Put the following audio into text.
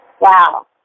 Wow